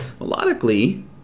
melodically